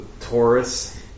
Taurus